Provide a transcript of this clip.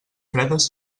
fredes